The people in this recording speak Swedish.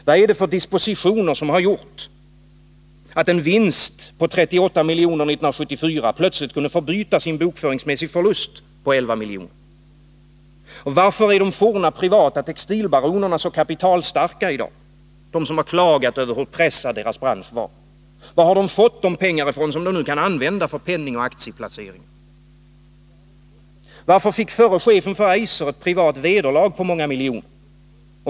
Vad är det för dispositioner som har gjort att en vinst på 38 miljoner 1974 plötsligt kunde förbytas i en bokföringsmässig förlust på 11 miljoner? Varför är de forna privata textilbaronerna så kapitalstarka i dag, de som klagat över hur pressad deras bransch var? Var har de fått de pengar från som de nu kan anwända för penningoch aktieplaceringar? Varför fick förre chefen för Eiser ett privat vederlag på många miljoner?